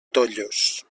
tollos